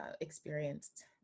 experienced